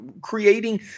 creating